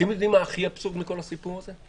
אתם יודעים מה הכי אבסורד בכל הסיפור הזה?